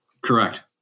Correct